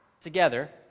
together